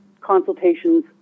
consultations